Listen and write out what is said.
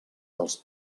dels